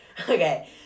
Okay